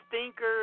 stinker